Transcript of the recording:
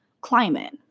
climate